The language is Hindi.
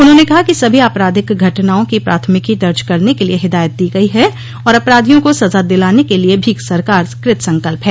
उन्होंने कहा कि सभी आपराधिक घटनाओं की प्राथमिकी दर्ज करने के लिए हिदायत दी गई है और अपराधियों को सजा दिलाने के लिए भी सरकार कृत संकल्प है